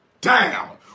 down